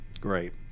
Great